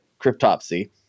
cryptopsy